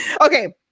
okay